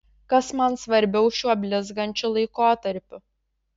kas man svarbiau šiuo blizgančiu laikotarpiu